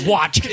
Watch